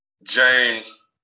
James